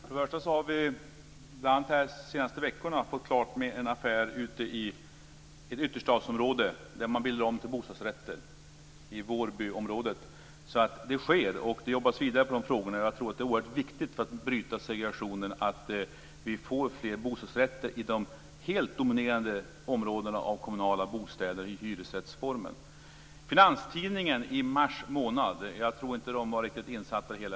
Fru talman! Under de senaste veckorna har en affär i ett ytterstadsområde blivit klar. Man har ombildat hyresrätter till bostadsrätter i Vårbyområdet. Det sker, och det jobbas vidare på de frågorna. Jag tror att det är oerhört viktigt att vi får fler bostadsrätter i de kommunala bostäderna, där hyresrättsformen är helt dominerande, för att vi skall kunna bryta segregationen. Jag tror inte att man på Finanstidningen var riktigt insatt i det hela i mars månad.